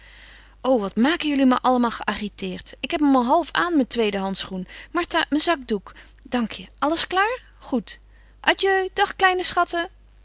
o wat maken jullie me allemaal geagiteerd ik heb hem al half aan mijn tweeden handschoen martha mijn zakdoek dank je alles klaar goed adieu dag kleine schatten